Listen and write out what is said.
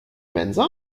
mensa